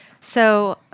So-